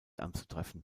anzutreffen